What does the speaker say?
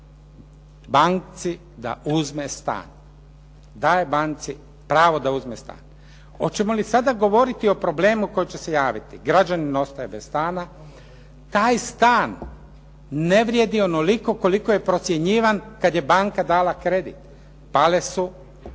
pravo banci da uzme stan. Daje banci pravo da uzme stan. Hoćemo li sada govoriti o problemu koji će se javiti? Građanin ostaje bez stana, taj stan ne vrijedi onoliko koliko je procjenjivan kad je banka dala kredit. Pale su